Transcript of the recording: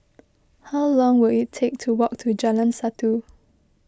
how long will it take to walk to Jalan Satu